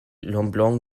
lemblin